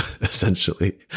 essentially